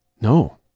No